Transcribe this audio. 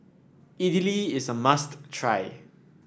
Idili is a must try